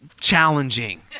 challenging